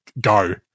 go